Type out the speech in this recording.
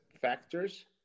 Factors